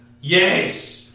Yes